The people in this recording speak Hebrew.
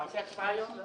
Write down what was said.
אתה עושה הצבעה היום?